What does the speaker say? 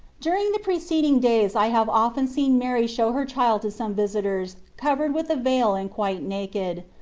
during the preceding days i have often seen mary show her child to some visitors covered with a veil and quite naked,